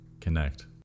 connect